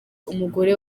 umugore